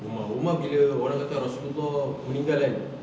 umar umar bila orang kata rasulullah meninggal kan